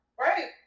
Right